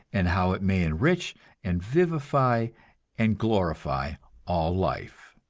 and how it may enrich and vivify and glorify all life.